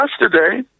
yesterday